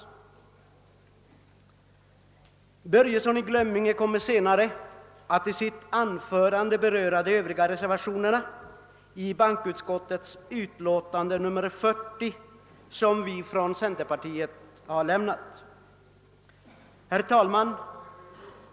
Herr Börjesson i Glömminge kommer senare att i sitt anförande beröra de övriga centerpartireservationerna vid bankoutskottets utlåtande nr 40. Herr talman!